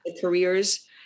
careers